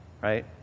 right